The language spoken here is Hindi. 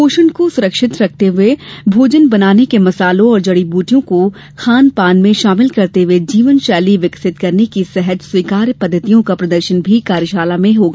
पोषण को सुरक्षित रखते हए भोजन बनाने के मसालों और जड़ी बुटियों को खान पान में शामिल करते हुए जीवन शैली विकसित करने की सहज स्वीकार्य पद्धतियों का प्रदर्शन भी कार्यशाला में होगा